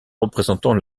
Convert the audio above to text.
représentant